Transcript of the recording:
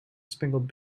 spangled